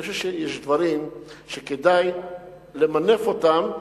אני חושב שיש דברים שכדאי למנף אותם,